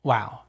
Wow